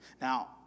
Now